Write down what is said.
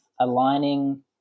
aligning